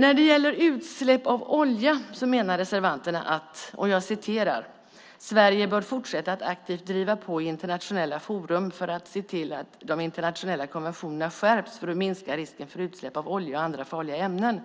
När det gäller utsläpp av olja menar reservanterna att "Sverige bör fortsätta att aktivt driva på i internationella forum för att se till att de internationella konventionerna skärps för att minska risken för utsläpp av olja och andra farliga ämnen".